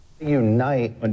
Unite